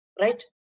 right